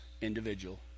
individual